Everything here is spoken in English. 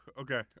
okay